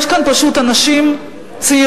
יש כאן פשוט אנשים צעירים,